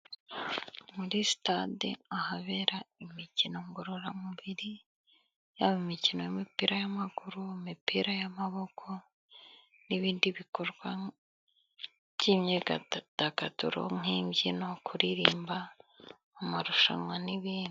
Muri sitade ahabera imikino ngororamubiri ,yaba imikino y'umupira w'amaguru haba imipira y'amaboko n'ibindi bikorwa by'imyidagaduro nk'imbyino, kuririmba mu marushanwa n'ibindi.